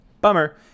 bummer